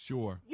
Sure